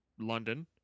London